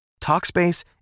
Talkspace